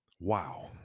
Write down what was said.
Wow